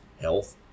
health